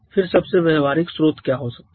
फिर सबसे व्यावहारिक स्रोत क्या हो सकता है